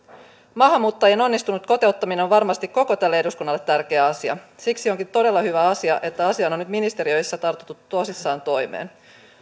maahanmuuttajien onnistunut kotouttaminen on varmasti koko tälle eduskunnalle tärkeä asia siksi onkin todella hyvä asia että asiassa on nyt ministeriöissä tartuttu tosissaan toimeen